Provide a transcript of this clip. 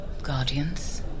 guardians